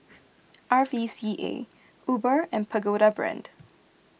R V C A Uber and Pagoda Brand